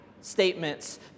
statements